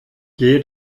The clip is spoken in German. gehe